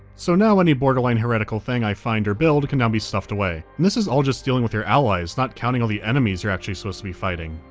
so now any borderline heretical thing i find or build can now be stuffed away. and this is all just dealing with your allies, not counting all the enemies you're actually supposed to be fighting.